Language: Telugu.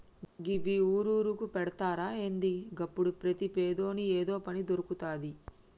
గివ్వి ఊరూరుకు పెడ్తరా ఏంది? గప్పుడు ప్రతి పేదోని ఏదో పని దొర్కుతది